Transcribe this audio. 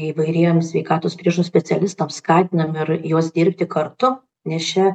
įvairiem sveikatos priežiūros specialistam skatinam ir juos dirbti kartu nes čia